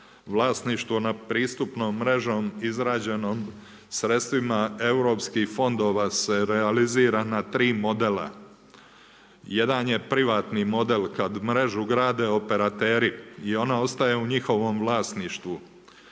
Vlasništvo nad pristupnom mrežom izrađenom sredstvima europskih fondova se realizira na 3 modela. Jedan je privatni model kad mrežu grade operateri i ona ostaje u njihovom vlasništvu.